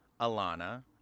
Alana